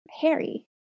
Harry